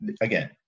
Again